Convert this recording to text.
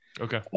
Okay